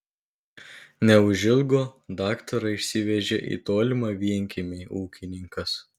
neužilgo daktarą išsivežė į tolimą vienkiemį ūkininkas